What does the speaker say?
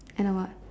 and a what